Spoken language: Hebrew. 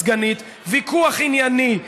הסגנית ויכוח ענייני,